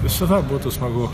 visada būtų smagu